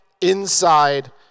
inside